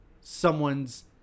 someone's